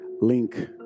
link